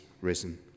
Risen